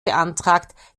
beantragt